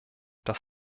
das